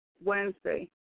Wednesday